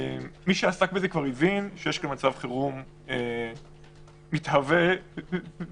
מי שעסק בזה כבר הבין שיש כאן מצב חירום מתהווה במהירות.